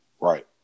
Right